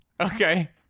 Okay